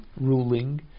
ruling